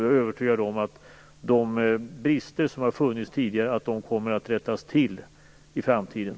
Jag är övertygad om att de brister som tidigare har funnits kommer att rättas till i framtiden.